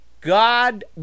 god